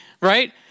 right